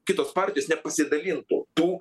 kitos partijos nepasidalintų tų